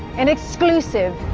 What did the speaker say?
an exclusive,